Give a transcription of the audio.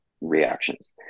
reactions